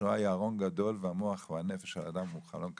השואה היא ארון גדול והמוח הוא או נפש האדם זה חלון קטן,